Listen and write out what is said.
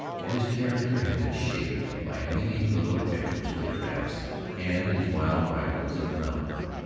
and his character had been shaped by many little adventures with traps and his wild rivals of the mountains.